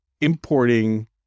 importing